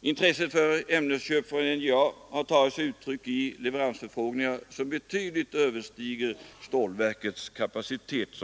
Intresset för ämnesköp från NJA har som sagt tagit sig uttryck i leveransförfrågningar som betydligt överstiger stålverkets kapacitet.